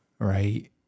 right